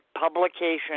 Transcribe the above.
Publication